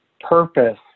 purpose